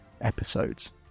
episodes